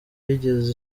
yigeze